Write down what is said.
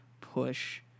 push